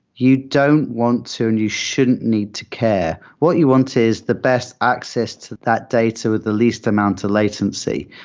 you don't want to and you shouldn't need to care. what you want is the best access to that that data with the least amount of latency.